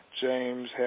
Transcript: James